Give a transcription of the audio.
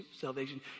salvation